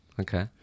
Okay